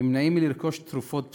נמנעים מלרכוש תרופות בסיסיות.